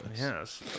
Yes